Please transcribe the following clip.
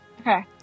Okay